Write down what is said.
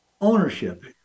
ownership